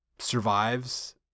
survives